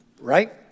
right